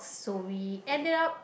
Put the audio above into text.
so we ended up